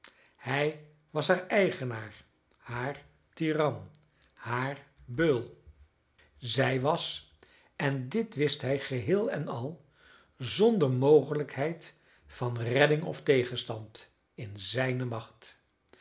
hij was haar eigenaar haar tiran haar beul zij was en dit wist hij geheel en al zonder mogelijkheid van redding of tegenstand in zijne macht